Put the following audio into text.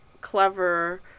clever